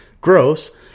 Gross